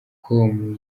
com